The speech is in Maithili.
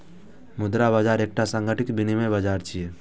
मुद्रा बाजार एकटा संगठित विनियम बाजार छियै